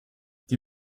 die